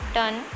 done